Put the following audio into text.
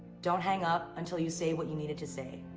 don't hang up until you say what you needed to say.